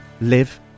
live